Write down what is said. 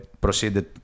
proceeded